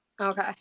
Okay